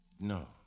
No